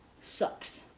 sucks